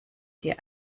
dir